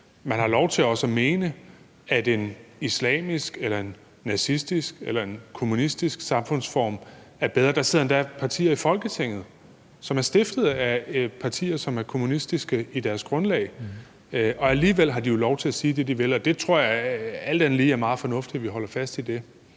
Man har lov til også at mene, at en islamisk eller en nazistisk eller en kommunistisk samfundsform er bedre. Der sidder endda partier i Folketinget, som er stiftet af partier, som er kommunistiske i deres grundlag. Alligevel har de jo lov til at sige det, de vil, og det tror jeg, alt andet lige, er meget fornuftigt at vi holder fast i.